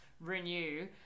renew